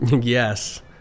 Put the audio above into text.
Yes